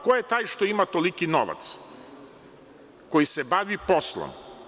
Ko je taj koji ima toliki novac, koji se bavi poslom?